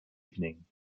evening